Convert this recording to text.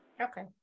Okay